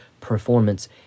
performance